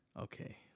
okay